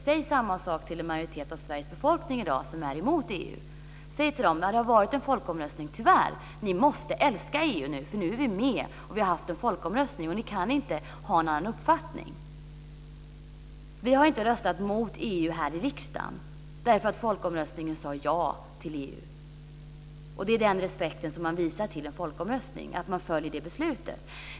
Säg samma sak till den majoritet av Sveriges befolkning i dag som är emot EU! Säg till dem: Det har varit en folkomröstning. Tyvärr - ni måste älska EU nu, för nu är vi med. Vi har haft en folkomröstning och ni kan inte ha en annan uppfattning. Vi har inte röstat mot EU här i riksdagen eftersom folkomröstningen sade ja till EU. Det är den respekten man visar en folkomröstning, att man följer beslutet.